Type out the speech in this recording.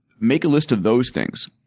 make a list of those things.